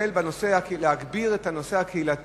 לטפל בנושא ולהגביר את הנושא הקהילתי,